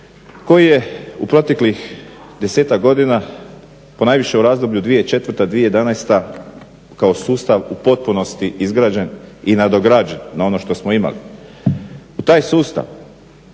koji je u proteklih 10-ak godina ponajviše u razdoblju 2004.-2011. kao sustav u potpunosti izgrađen i nadograđen na ono što smo imali. U taj sustav